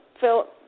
Phil